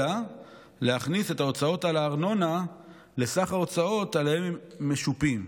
אלא להכניס את ההוצאות על הארנונה לסך ההוצאות שעליהן משופים,